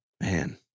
man